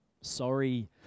sorry